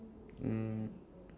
um